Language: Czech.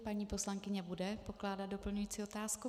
Paní poslankyně bude pokládat doplňující otázku.